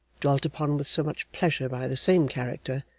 dwelt upon with so much pleasure by the same character,